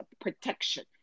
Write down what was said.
protection